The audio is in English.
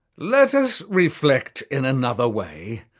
let us reflect in another way,